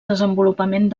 desenvolupament